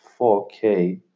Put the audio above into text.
4K